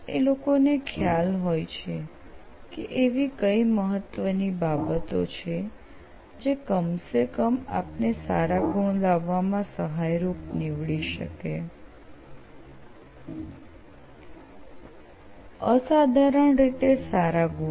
એ લોકોને ખ્યાલ હોય છે કે એવી કઈ મહત્વની બાબતો છે જે કંમ સે કમ આપ ને સારા ગુણ લાવવામાં સહાયરૂપ નીવડી શકે અસાધારણ રીતે સારા ગુણ